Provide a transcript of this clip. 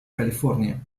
california